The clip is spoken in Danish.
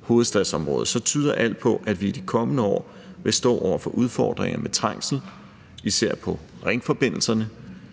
hovedstadsområdet, tyder alt på, at vi i de kommende år vil stå over for udfordringer med trængsel, især på ringforbindelserne,